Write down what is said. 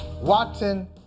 Watson